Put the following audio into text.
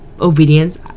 obedience